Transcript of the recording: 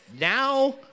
Now